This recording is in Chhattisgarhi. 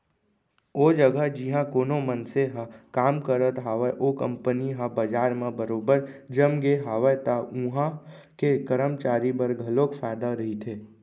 ओ जघा जिहाँ कोनो मनसे ह काम करत हावय ओ कंपनी ह बजार म बरोबर जमगे हावय त उहां के करमचारी बर घलोक फायदा रहिथे